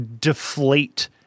deflate